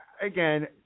again